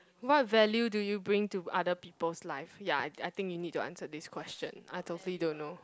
what value do you bring to other people's lives ya I I think you need to answer this question I totally don't know